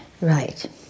Right